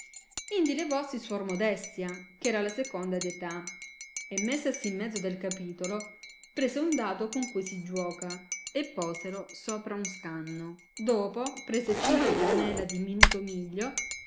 levossi suor modestia che era la seconda di età e messasi in mezzo del capitolo prese un dado con cui si giuoca e poselo sopra un scanno dopo prese cinque granella di minuto miglio